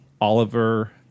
Oliver